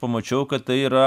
pamačiau kad tai yra